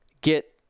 get